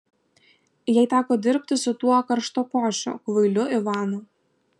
jai teko dirbti su tuo karštakošiu kvailiu ivanu